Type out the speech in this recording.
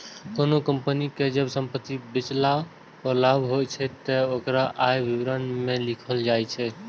कोनों कंपनी कें जब संपत्ति बेचला पर लाभ होइ छै, ते ओकरा आय विवरण मे लिखल जाइ छै